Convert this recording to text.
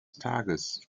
tages